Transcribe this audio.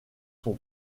son